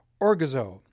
orgazo